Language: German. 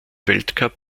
weltcup